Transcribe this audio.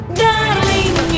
darling